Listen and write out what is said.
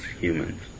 humans